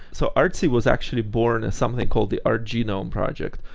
so artsy was actually born in something called the art genome project,